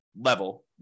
level